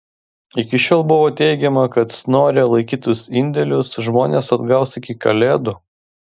iki šiol buvo teigiama kad snore laikytus indėlius žmonės atgaus iki kalėdų